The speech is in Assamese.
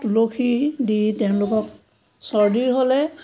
তুলসী দি তেওঁলোকক চৰ্দি হ'লে